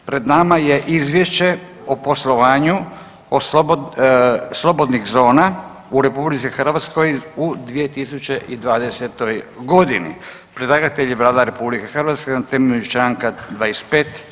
Pred nama je Izvješće o poslovanju slobodnih zona u RH u 2020.g. Predlagatelj je Vlada RH na temelju čl. 25.